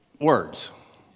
words